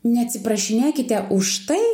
neatsiprašinėkite už tai